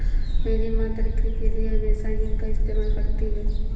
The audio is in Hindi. मेरी मां तड़के के लिए हमेशा हींग का इस्तेमाल करती हैं